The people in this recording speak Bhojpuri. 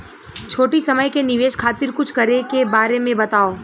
छोटी समय के निवेश खातिर कुछ करे के बारे मे बताव?